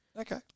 Okay